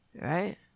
right